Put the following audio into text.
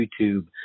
YouTube